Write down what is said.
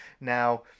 now